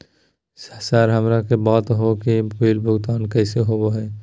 Sir हमरा के बता हो कि बिल भुगतान कैसे होबो है?